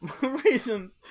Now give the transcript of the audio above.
Reasons